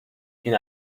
این